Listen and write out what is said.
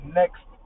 next